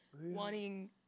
wanting